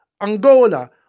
Angola